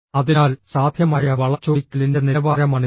അതിനാൽ സാധ്യമായ വളച്ചൊടിക്കലിന്റെ നിലവാരമാണിത്